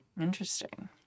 Interesting